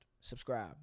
Subscribe